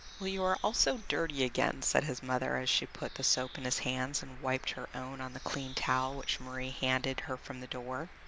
well, you are also dirty again, said his mother, as she put the soap in his hands and wiped her own on the clean towel which marie handed her from the door.